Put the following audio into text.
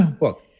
look